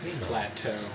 plateau